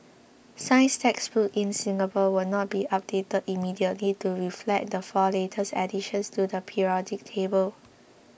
science textbooks in Singapore will not be updated immediately to reflect the four latest additions to the periodic table